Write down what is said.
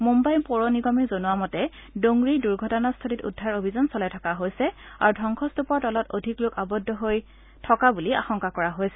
মুন্নাই পৌৰ নিগমে জনোৱা মতে দোঙৰিৰ দূৰ্ঘটনাস্থলীত উদ্ধাৰ অভিযান চলাই থকা হৈছে আৰু ধবংসস্তপৰ তলত অধিক লোক আৱদ্ধ হৈ আছে বুলি আশংকা কৰা হৈছে